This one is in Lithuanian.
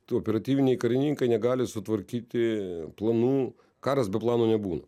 tų operatyviniai karininkai negali sutvarkyti planų karas be plano nebūna